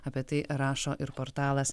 apie tai rašo ir portalas